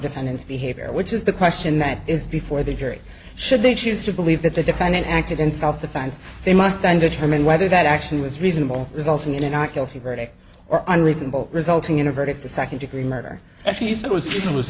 defendant's behavior which is the question that is before the jury should they choose to believe that the defendant acted in self defense they must then determine whether that actually was reasonable resulting in a not guilty verdict or on reasonable resulting in a verdict of second degree murder as he said was it was